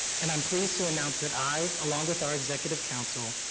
and i'm pleased to announce that i, along with our executive council,